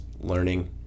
learning